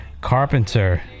Carpenter